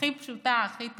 הכי פשוטה, הכי טריוויאלית,